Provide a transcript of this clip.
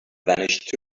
vanished